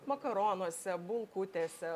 makaronuose bulkutėse